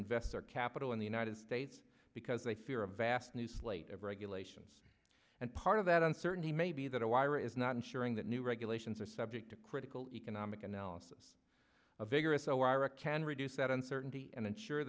invest their capital in the united states because they fear a vast new slate of regulations and part of that uncertainty maybe that a wire is not ensuring that new regulations are subject to critical economic analysis a vigorous oara can reduce that uncertainty and ensure